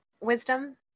wisdom